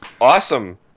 awesome